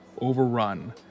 overrun